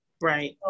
right